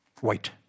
White